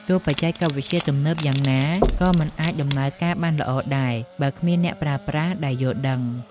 ទោះបច្ចេកវិទ្យាទំនើបយ៉ាងណា ក៏មិនអាចដំណើរការបានល្អដែរ បើគ្មានអ្នកប្រើប្រាស់ដែលយល់ដឹង។